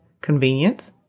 convenience